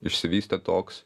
išsivystė toks